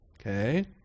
Okay